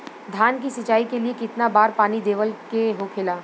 धान की सिंचाई के लिए कितना बार पानी देवल के होखेला?